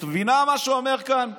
את מבינה מה שאומר כאן אחד?